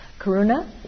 Karuna